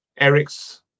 Eric's